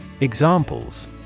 Examples